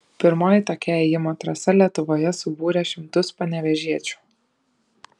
pirmoji tokia ėjimo trasa lietuvoje subūrė šimtus panevėžiečių